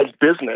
business